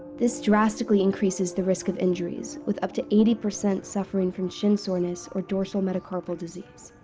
this drastically increases the risk of injuries, with up to eighty percent suffering from shin soreness, or dorsal metacarpal disease.